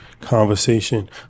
conversation